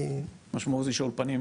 משמעות היא שהאולפנים,